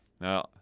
Now